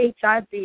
HIV